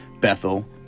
Bethel